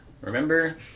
Remember